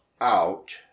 out